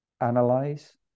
analyze